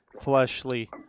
fleshly